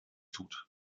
tut